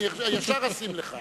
אני ישר אוסיף לך.